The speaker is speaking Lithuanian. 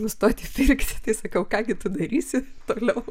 nustoti pirkti tai sakau ką gi tu darysi toliau